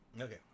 Okay